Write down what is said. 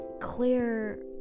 clear